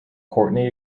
courtney